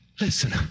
listen